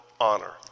honor